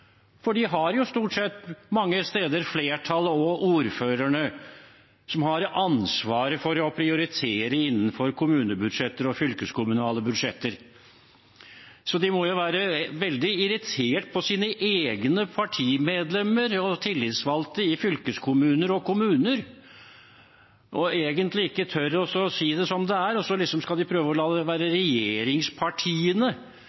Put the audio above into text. har mange steder flertallet og ordførerne, som har ansvaret for å prioritere innenfor kommunebudsjetter og fylkeskommunale budsjetter. De må være veldig irritert på sine egne partimedlemmer og tillitsvalgte i fylkeskommuner og kommuner og tør egentlig ikke å si det som det er. De skal liksom prøve å la det være